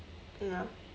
ya